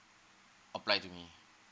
applied to me